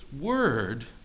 word